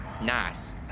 nice